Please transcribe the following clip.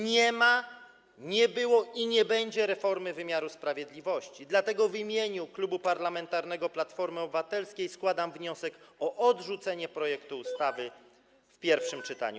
Nie ma, nie było i nie będzie reformy wymiaru sprawiedliwości, dlatego w imieniu Klubu Parlamentarnego Platforma Obywatelska składam wniosek o odrzucenie projektu ustawy w pierwszym czytaniu.